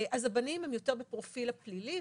הבנים הם יותר בפרופיל הפלילי,